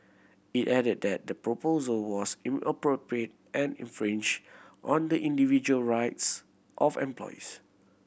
it added that the proposal was inappropriate and infringed on the individual rights of employees